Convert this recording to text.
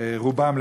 את רובם,